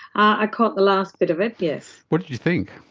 i caught the last bit of it, yes. what did you think?